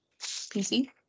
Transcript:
PC